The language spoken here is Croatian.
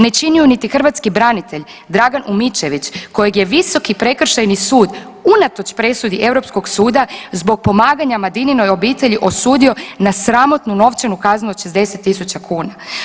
Ne čini ju niti hrvatski branitelj Dragan Umićević kojeg je Visoki prekršajni sud unatoč presudi Europskog suda zbog pomaganja Madininoj obitelji osudio na sramotnu novčanu kaznu od 60 000 kuna.